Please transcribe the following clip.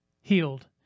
healed